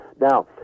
Now